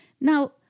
Now